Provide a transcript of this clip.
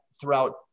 throughout